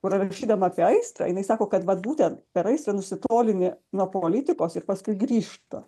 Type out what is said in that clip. kur rašydama apie aistrą jinai sako kad vat būtent per aistrą nusitolini nuo politikos ir paskui grįžta